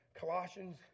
Colossians